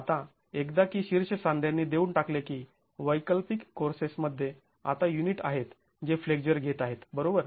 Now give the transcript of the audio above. आता एकदा की शीर्ष सांध्यांनी देऊन टाकले की वैकल्पिक कोर्सेसमध्ये आता युनिट आहेत जे फ्लेक्झर घेत आहेत बरोबर